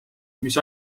mis